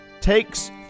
takes